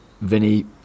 Vinny